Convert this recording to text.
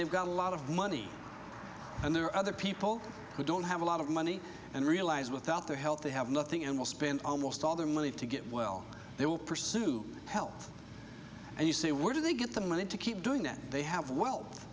they've got a lot of money and there are other people who don't have a lot of money and realize without their help they have nothing and will spend almost all their money to get well they will pursue health and you say where do they get the money to keep doing that they have we